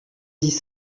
dix